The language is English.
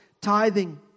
tithing